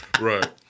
Right